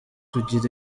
kugira